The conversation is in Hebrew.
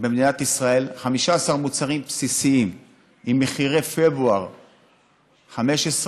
במדינת ישראל 15 מוצרים בסיסיים עם מחירי פברואר 2015,